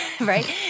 Right